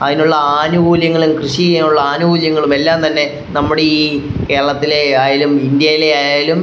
അതിനുള്ള ആനുകൂല്യങ്ങൾ കൃഷി ചെയ്യാനുള്ള ആനുകൂല്യങ്ങളും എല്ലാം തന്നെ നമ്മുടെ ഈ കേരളത്തിലെയായാലും ഇന്ത്യയിലെയായാലും